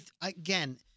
again